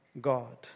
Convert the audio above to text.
God